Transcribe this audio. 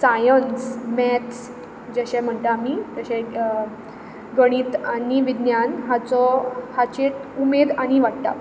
science मॅच्च जशें म्हणटात आमी तशें गणीत आनी विज्ञान हाचो हाची उमेद आनीक वाडटा